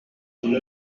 une